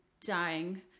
dying